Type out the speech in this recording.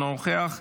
אינו נוכח,